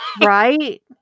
Right